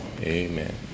Amen